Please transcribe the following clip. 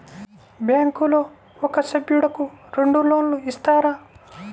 బ్యాంకులో ఒక సభ్యుడకు రెండు లోన్లు ఇస్తారా?